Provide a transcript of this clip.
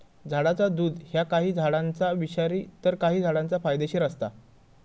झाडाचा दुध ह्या काही झाडांचा विषारी तर काही झाडांचा फायदेशीर असता